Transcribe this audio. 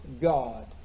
God